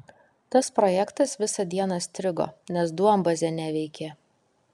tas projektas visą dieną strigo nes duombazė neveikė